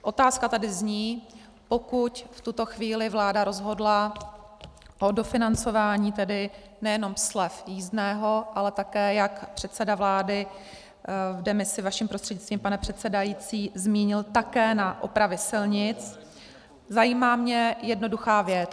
Otázka tady zní, pokud v tuto chvíli vláda rozhodla o dofinancování tedy nejenom slev jízdného, ale také jak předseda vlády v demisi, vaším prostřednictvím, pane předsedající, zmínil také na opravy silnic, zajímá mě jednoduchá věc.